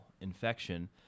infection